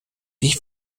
die